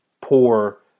poor